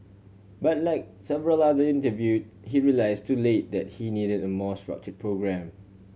but like several other interview he realise too late that he needed a more structure programme